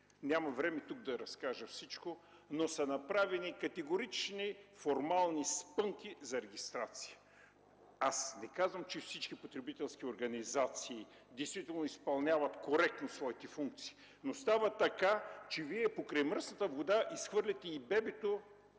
Няма време тук да разкажа всичко, но са направени категорични формални спънки за регистрация. Не казвам, че всички потребителски организации действително изпълняват коректно своите функции, но става така, че Вие покрай мръсната вода изхвърляте и бебето